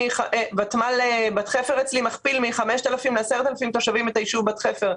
ותמ"ל בת חפר אצלי מכפיל מ-5,000 ל-10,000 תושבים את היישוב בת חפר.